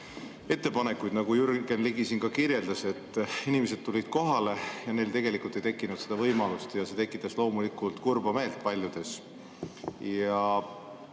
ettepanekuid, nagu Jürgen Ligi siin ka kirjeldas. Inimesed tulid kohale ja neil ei tekkinud seda võimalust, ja see tekitas loomulikult kurba meelt paljudes.